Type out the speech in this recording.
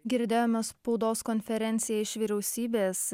girdėjome spaudos konferenciją iš vyriausybės